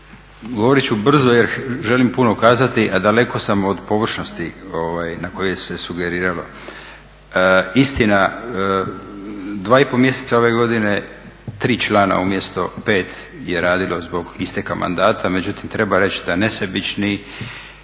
Govorit ću brzo jer želim puno kazati, a daleko sam od površnosti na koje se sugeriralo. Istina, dva i pol mjeseca ove godine tri člana umjesto pet je radilo zbog isteka mandata. Međutim, treba reći da nesebičnim